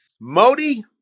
Modi